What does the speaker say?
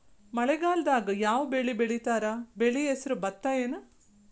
ಮಳೆಗಾಲದಾಗ್ ಯಾವ್ ಬೆಳಿ ಬೆಳಿತಾರ, ಬೆಳಿ ಹೆಸರು ಭತ್ತ ಏನ್?